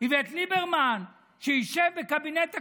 איווט ליברמן, שישבו בקבינט הקורונה.